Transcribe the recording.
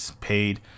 paid